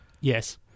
Yes